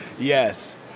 yes